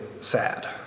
sad